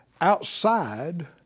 outside